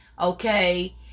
okay